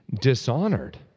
dishonored